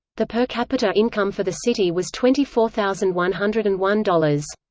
the per capita income for the city was twenty four thousand one hundred and one dollars.